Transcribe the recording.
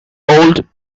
old